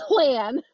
plan